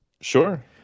Sure